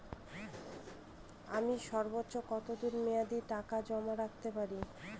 আমি সর্বোচ্চ কতদিনের মেয়াদে টাকা জমা রাখতে পারি?